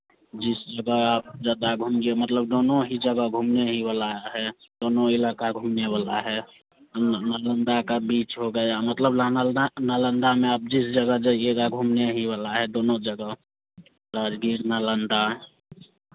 जिस जगह आप ज़्यादा घूमिए मतलब दोनों ही जगह घूमने ही वाला है दोनों इलाका घूमने वाला है नालंदा का बीच हो गया मतलब नालंदा नालंदा में आप जिस जगह जाइएगा घूमने ही वाला है दोनों जगह राजगीर नालंदा